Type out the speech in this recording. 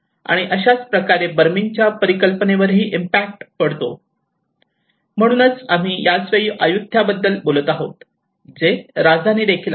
आणि अशाच प्रकारे बर्मीच्या परिकल्पनेवरही इम्पॅक्ट पडतो म्हणून आम्ही याच वेळी अय्युथय़ाबद्दल बोलत आहोत जे राजधानी देखील आहे